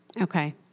Okay